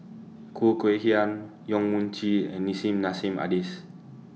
Khoo Kay Hian Yong Mun Chee and Nissim Nassim Adis